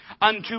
unto